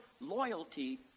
loyalty